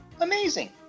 Amazing